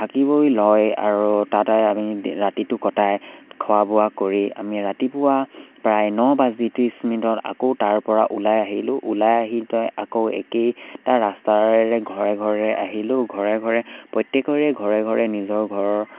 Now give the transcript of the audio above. থাকিবই লয় আৰু তাতে আমি ৰাতিটো কটাই খোৱা বোৱা কৰি আমি ৰাতিপুৱা প্ৰায় ন বাজি ত্ৰিছ মিনিটত আকৌ তাৰপৰা ওলাই আহিলো ওলাই আহি আকৌ একেইটা ৰাস্তাৰে ঘৰে ঘৰে আহিলোঁ ঘৰে ঘৰে প্ৰত্যেকৰে ঘৰে ঘৰে নিজৰ ঘৰৰ